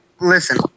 listen